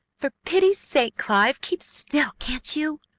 for pity's sake, clive, keep still, can't you?